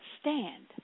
Stand